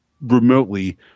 remotely